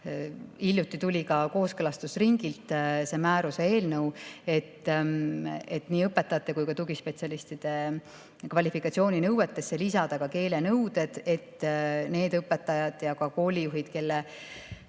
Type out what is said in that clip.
Hiljuti tuli ka kooskõlastusringilt sellise määruse eelnõu, et nii õpetajate kui ka tugispetsialistide kvalifikatsiooninõuetesse lisada keelenõuded, et nende õpetajate ja koolijuhtidega, kelle